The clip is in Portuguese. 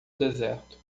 deserto